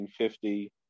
1950